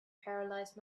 paralysed